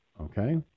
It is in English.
okay